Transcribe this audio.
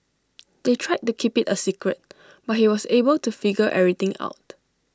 they tried to keep IT A secret but he was able to figure everything out